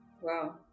Wow